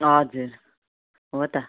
हजुर हो त